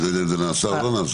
אני לא יודע אם זה נעשה או לא נעשה.